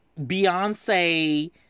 Beyonce